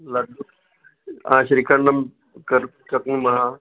लड्डु हा श्रीखण्डं कर्तुं शक्नुमः